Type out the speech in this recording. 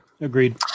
agreed